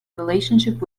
relationship